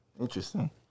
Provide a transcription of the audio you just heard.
Interesting